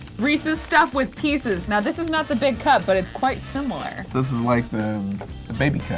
reese's stuffed with pieces. now, this is not the big cup, but it's quite similar. this is like, the baby cup.